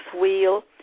wheel